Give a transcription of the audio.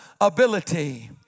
ability